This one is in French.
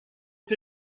est